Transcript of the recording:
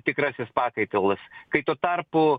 tikrasis pakaitalas kai tuo tarpu